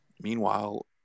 Meanwhile